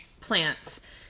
plants